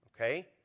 okay